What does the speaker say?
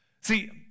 see